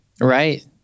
Right